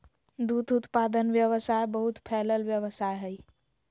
दूध उत्पादन व्यवसाय बहुत फैलल व्यवसाय हइ